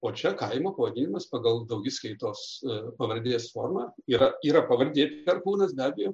o čia kaimo pavadinimas pagal daugiskaitos pavardės formą yra yra pavardė perkūnas beabejo